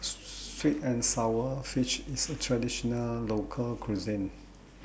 Sweet and Sour Fish IS A Traditional Local Cuisine